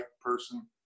person